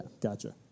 Gotcha